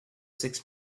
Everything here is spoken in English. six